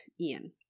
Ian